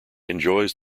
enjoys